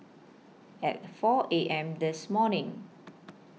At four A M This morning